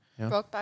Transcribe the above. Brokeback